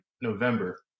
November